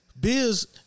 Biz